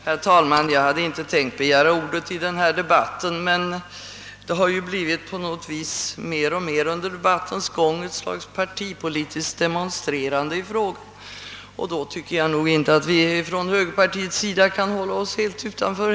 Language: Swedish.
Herr talman! Jag hade inte tänkt begära ordet i denna debatt, men då det under diskussionens gång blivit mer och mer av ett slags partipolitiskt demonstrerande i frågan tycker jag att vi inom högerpartiet inte kan hålla oss utanför.